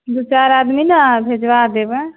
दू चारि आदमी ने भेजवा देबै